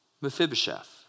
Mephibosheth